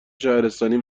شهرستانی